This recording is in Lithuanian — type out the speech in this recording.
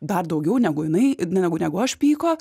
da daugiau negu jinai ir negu negu aš pyko